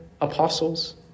apostles